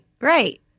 right